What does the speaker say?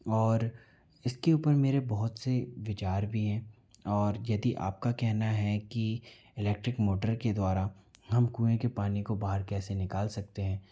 और इसके ऊपर मेरे बहुत से विचार भी हैं और यदि आपका कहना है कि इलेक्ट्रिक मोटर के द्वारा हम कुएँ के पानी को बाहर कैसे निकाल सकते हैं